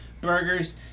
burgers